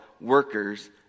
workers